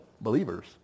believers